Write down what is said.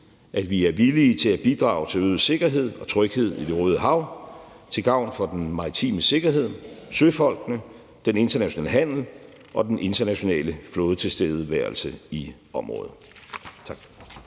at vi er villige til at bidrage til øget sikkerhed og tryghed i Det Røde Hav til gavn for den maritime sikkerhed, søfolkene, den internationale handel og den internationale flådetilstedeværelse i området.